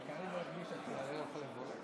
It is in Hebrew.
אני יכול,